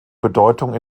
bedeutung